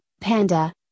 Panda